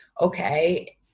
okay